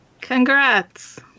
Congrats